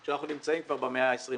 כאשר אנחנו כבר במאה ה-21.